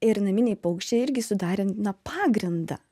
ir naminiai paukščiai irgi sudarė na pagrindą